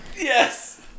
Yes